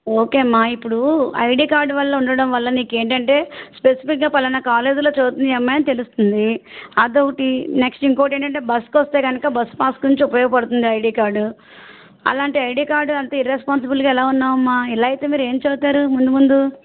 okay అమ్మా ఇప్పుడూ ID card వల్ల ఉండడం వల్ల నీకేంటంటే స్పెసిఫిక్గా ఫలానా కాలేజీలో చదువుతుంది ఈ అమ్మాయి అని తెలుస్తుంది అదొకటి నెక్స్ట్ ఇంకొకటి ఏంటంటే బస్కి వస్తే కానుక బస్ పాస్ గురించి ఉపయోగపడుతుంది ఐడీ కార్డు అలాంటి ఐడీ కార్డు అంత ఇర్రెస్పాన్సబుల్గా ఎలా ఉన్నావమ్మా ఇలా అయితే మీరు ఏమి చదుతారు ముందు ముందు